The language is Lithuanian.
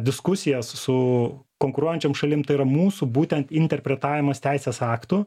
diskusijas su konkuruojančiom šalim tai yra mūsų būtent interpretavimas teisės aktų